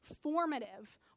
formative